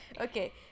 Okay